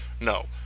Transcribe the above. No